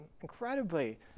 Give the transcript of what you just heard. incredibly